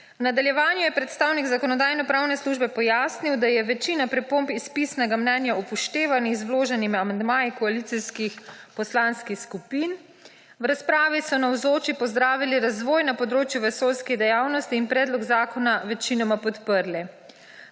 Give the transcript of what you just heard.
V nadaljevanju je predstavnik Zakonodajno-pravne službe pojasnil, da je večina pripomb iz pisnega mnenja upoštevanih z vloženimi amandmaji koalicijskih poslanskih skupin. V razpravi so navzoči pozdravili razvoj na področju vesoljske dejavnosti in predlog zakona večinoma podprli.